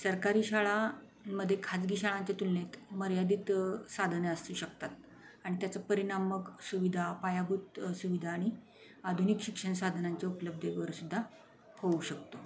सरकारी शाळांमध्ये खाजगी शाळांच्या तुलनेत मर्यादित साधने असू शकतात आणि त्याचा परिणाम मग सुविधा पायाभूत सुविधा आणि आधुनिक शिक्षणसाधनांच्या उपलब्धेवर सुद्धा होऊ शकतो